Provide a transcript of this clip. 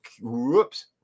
whoops